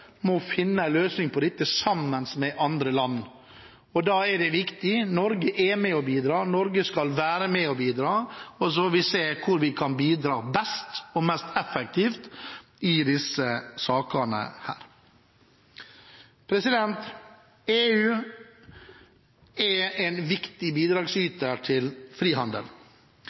må finne en løsning på dette sammen med andre land. Da er det viktig at Norge er med og bidrar, at Norge skal være med og bidra, og så får vi se hvor vi kan bidra best mulig og mest mulig effektivt her. EU er en viktig